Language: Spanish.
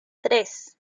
tres